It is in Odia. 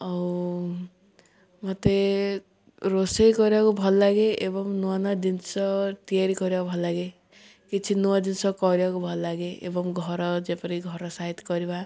ଆଉ ମୋତେ ରୋଷେଇ କରିବାକୁ ଭଲଲାଗେ ଏବଂ ନୂଆ ନୂଆ ଜିନିଷ ତିଆରି କରିବାକୁ ଭଲଲାଗେ କିଛି ନୂଆ ଜିନିଷ କରିବାକୁ ଭଲଲାଗେ ଏବଂ ଘର ଯେପରି ଘର ସାଇଜ୍ କରିବା